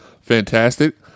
fantastic